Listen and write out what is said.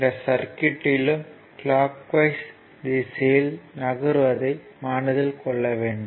இந்த சர்க்யூட்யிலும் clockwise திசையில் நகருவதை மனதில் கொள்ள வேண்டும்